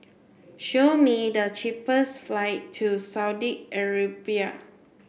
show me the cheapest flight to Saudi Arabia